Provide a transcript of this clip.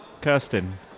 Kirsten